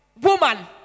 Woman